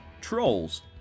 Trolls